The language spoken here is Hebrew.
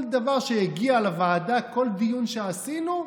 כל דבר שהגיע לוועדה, כל דיון שעשינו,